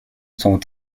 sont